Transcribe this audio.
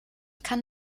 kann